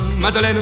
Madeleine